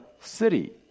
city